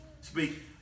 speak